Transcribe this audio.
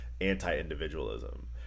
anti-individualism